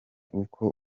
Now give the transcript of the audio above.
uko